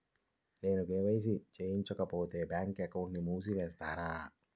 నేను కే.వై.సి చేయించుకోకపోతే బ్యాంక్ అకౌంట్ను మూసివేస్తారా?